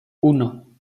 uno